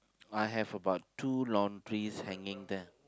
I have about two laundries hanging there